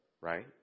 Right